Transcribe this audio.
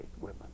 women